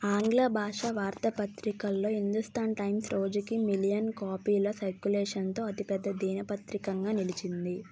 ఆంగ్ల భాషా వార్తా పత్రికల్లో హిందూస్థాన్ టైమ్స్ రోజుకి మిలియన్ కాపీల సర్క్యులేషన్తో అతిపెద్ద దిన పత్రికగా నిలిచింది